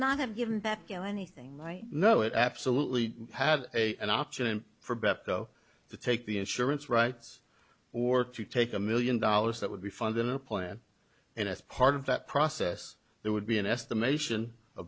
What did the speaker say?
not have given that you know anything right no it absolutely had a an option for brett though to take the insurance rights or to take a million dollars that would be found in a plan and as part of that process there would be an estimation